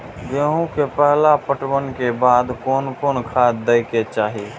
गेहूं के पहला पटवन के बाद कोन कौन खाद दे के चाहिए?